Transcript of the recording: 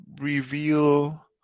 reveal